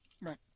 Right